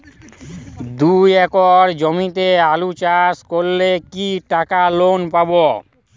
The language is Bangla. দুই একর জমিতে আলু চাষ করলে কি টাকা লোন পাবো?